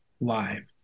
live